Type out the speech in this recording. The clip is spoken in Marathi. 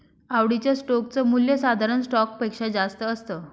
आवडीच्या स्टोक च मूल्य साधारण स्टॉक पेक्षा जास्त असत